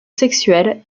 sexuelle